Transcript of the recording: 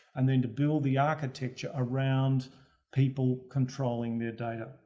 and then to build the architecture around people controlling their data.